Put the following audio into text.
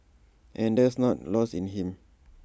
and that's not lost in him